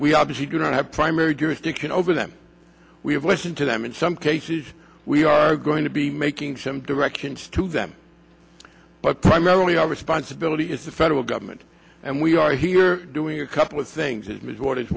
we obviously do not have primary jurisdiction over them we have listen to them in some cases we are going to be making some directions to them but primarily our responsibility is the federal government and we are here doing a couple of things is